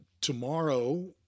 tomorrow